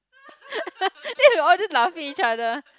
then we all just laughing at each other